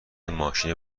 ماشین